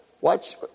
watch